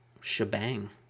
shebang